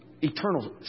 eternal